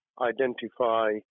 identify